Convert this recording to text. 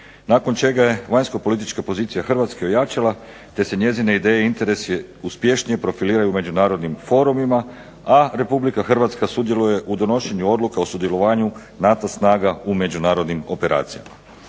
nakon čega je vanjsko-politička pozicija Hrvatske ojačala, te se njezine ideje i interesi uspješnije profiliraju u međunarodnim forumima, a Republika Hrvatska sudjeluje u donošenju odluka o sudjelovanju NATO snaga u međunarodnim operacijama.